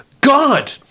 God